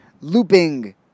looping